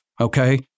Okay